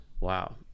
Wow